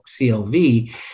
CLV